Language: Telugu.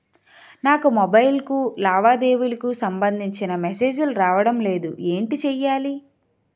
నాకు మొబైల్ కు లావాదేవీలకు సంబందించిన మేసేజిలు రావడం లేదు ఏంటి చేయాలి?